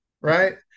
right